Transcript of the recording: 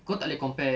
kau tak leh compare